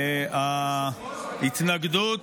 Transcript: ההתנגדות